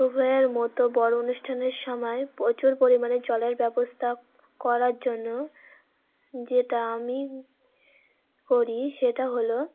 উভয়ের মতো বড়ো অনুষ্ঠানের সময় প্রচুর পরিমাণে জলের ব্যবস্থা করার জন্য যেটা আমি করি সেটা হলো